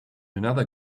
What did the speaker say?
another